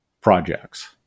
projects